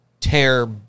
tear